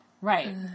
Right